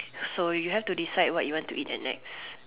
so you have to decide what you want to eat At Nex